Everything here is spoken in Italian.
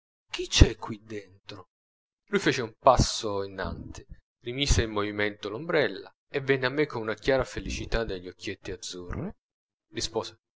chi c'è qui dentro lui fece un passo innanti rimise in movimento l'ombrella e venne a me con una chiara felicità negli occhietti azzurri rispose